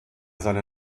seine